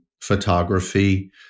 photography